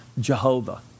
Jehovah